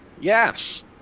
yes